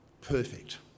perfect